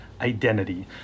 identity